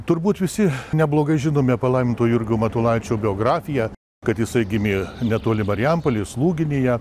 turbūt visi neblogai žinome palaiminto jurgio matulaičio biografiją kad jisai gimė netoli marijampolės lūginėje